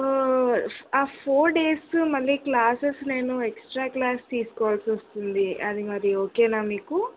ఆ four days మళ్ళీ classes నేను ఎక్స్ట్రా క్లాస్ తీసుకోవాల్సి వస్తుంది అది మరి ఓకేనా మీకు